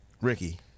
Ricky